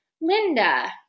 Linda